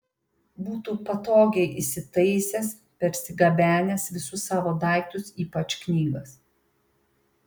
būtų patogiai įsitaisęs persigabenęs visus savo daiktus ypač knygas